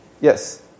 Yes